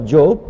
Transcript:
Job